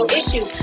issue